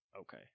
Okay